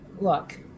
Look